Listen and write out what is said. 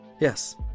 Yes